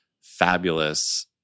fabulous